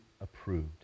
approved